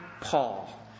Paul